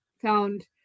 found